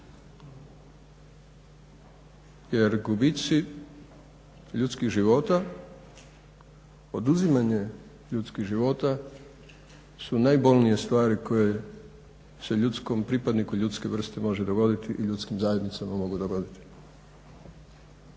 jer gubici ljudskih života, oduzimanje ljudskih života su najbolnije stvari koje se pripadniku ljudske vrste može dogoditi i ljudskim zajednicama mogu dogoditi.